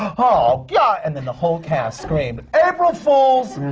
oh, god! and then the whole cast screamed, april fools!